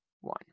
one